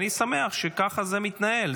אני שמח שככה זה מתנהל.